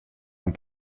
l’un